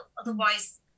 Otherwise